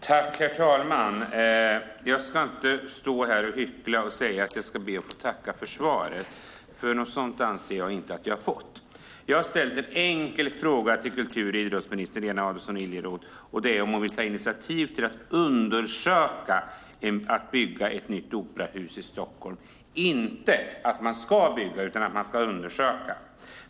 Herr talman! Jag ska inte stå här och hyckla och säga att jag ska be att få tacka för svaret, för något sådant anser jag inte att jag har fått. Jag har ställt en enkel fråga till kultur och idrottsminister Lena Adelsohn Liljeroth, och det är om hon vill ta initiativ till att undersöka möjligheten att bygga ett nytt operahus i Stockholm, inte att man ska bygga.